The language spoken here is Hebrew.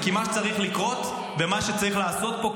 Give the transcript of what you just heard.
כי מה צריך לקרות ומה שצריך לעשות פה,